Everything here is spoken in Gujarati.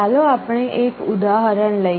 ચાલો આપણે એક ઉદાહરણ લઈએ